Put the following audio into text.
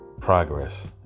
progress